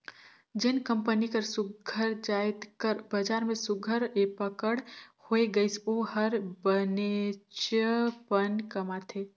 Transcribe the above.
जेन कंपनी कर सुग्घर जाएत कर बजार में सुघर पकड़ होए गइस ओ हर बनेचपन कमाथे